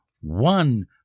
one